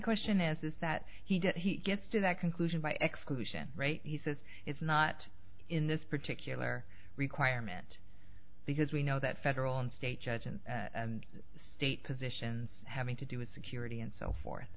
question is is that he did he gets to that conclusion by exclusion rate he says it's not in this particular requirement because we know that federal and state judge and state positions having to do with security and so forth